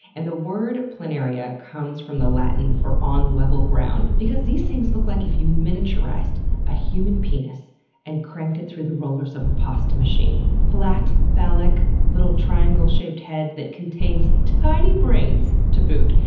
and the word planaria comes from the latin for on level ground, because these things look like if you miniaturized a human penis and cranked it through the rollers of a pasta machine. flat, phallic, little triangle-shaped head that contains tiny brains to boot!